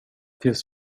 tills